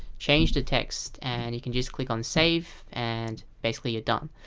change the text, and you can just click on save and basically you're done.